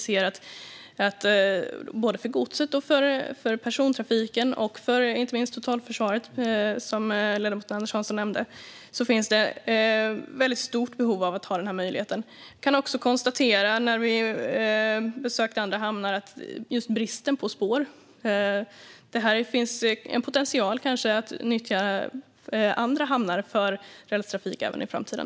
För både godset och persontrafiken och inte minst totalförsvaret, som ledamoten Anders Hansson nämnde, finns det väldigt stort behov av att ha den möjligheten. När vi besökte andra hamnar kunde vi också konstatera just bristen på spår. Här finns kanske en potential att nyttja andra hamnar för rälstrafik även i framtiden.